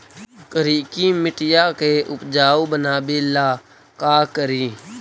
करिकी मिट्टियां के उपजाऊ बनावे ला का करी?